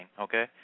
okay